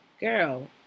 girl